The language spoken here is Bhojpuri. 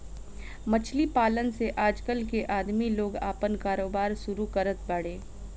मछली पालन से आजकल के आदमी लोग आपन कारोबार शुरू करत बाड़े